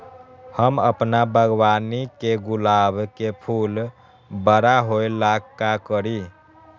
हम अपना बागवानी के गुलाब के फूल बारा होय ला का करी?